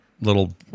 little